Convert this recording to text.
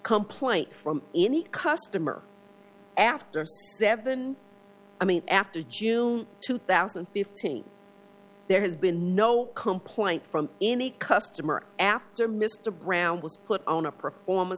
complaint from any customer after they have been i mean after june two thousand and fifteen there has been no complaint from any customer after mr brown was put on a perform